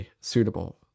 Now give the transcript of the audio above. suitable